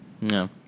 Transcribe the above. no